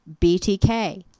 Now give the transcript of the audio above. BTK